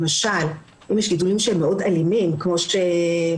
למשל אם יש גידולים שהם מאוד אלימים כמו שנציגת